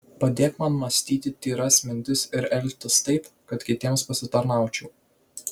padėk man mąstyti tyras mintis ir elgtis taip kad kitiems pasitarnaučiau